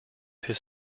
his